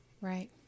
Right